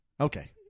Okay